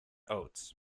oats